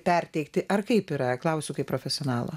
perteikti ar kaip yra klausiu kaip profesionalą